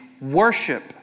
worship